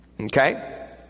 Okay